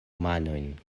manojn